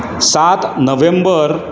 सात नोव्हेंबर